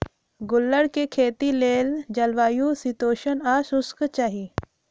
गुल्लर कें खेती लेल जलवायु शीतोष्ण आ शुष्क चाहि